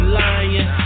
lying